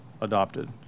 adopted